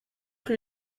rue